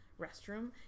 restroom